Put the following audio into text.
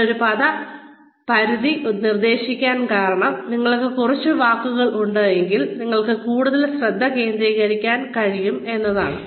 ഞാൻ ഒരു പദ പരിധി നിർദ്ദേശിക്കാൻ കാരണം നിങ്ങൾക്ക് കുറച്ച് വാക്കുകൾ ഉണ്ടെങ്കിൽ നിങ്ങൾക്ക് കൂടുതൽ ശ്രദ്ധ കേന്ദ്രീകരിക്കാൻ കഴിയും എന്നതാണ്